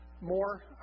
More